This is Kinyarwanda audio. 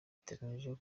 biteganyijwe